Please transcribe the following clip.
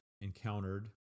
encountered